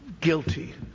guilty